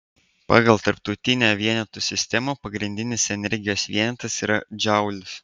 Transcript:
pagal tarptautinę vienetų sistemą pagrindinis energijos vienetas yra džaulis